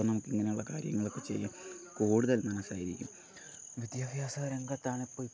അപ്പം നമുക്ക് ഇങ്ങനെയുള്ള കാര്യങ്ങളൊക്കെ ചെയ്യാൻ കൂടുതൽ മനസ്സായിരിക്കും വിദ്യാഭ്യാസ രംഗത്താണ് ഇപ്പോൾ ഇപ്പം